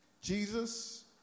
Jesus